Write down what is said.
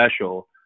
special